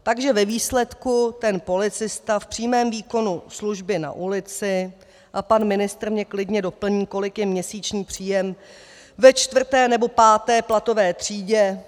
Takže ve výsledku ten policista v přímém výkonu služby na ulici a pan ministr mě klidně doplní, kolik je měsíční příjem ve čtvrté nebo páté platové třídě...